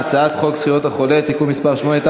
הצעת חוק זכויות החולה (תיקון מס' 8),